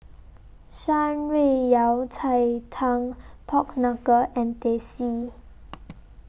Shan Rui Yao Cai Tang Pork Knuckle and Teh C